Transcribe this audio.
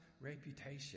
reputation